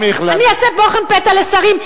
אני אעשה בוחן פתע לשרים,